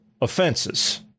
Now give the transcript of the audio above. offenses